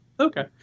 okay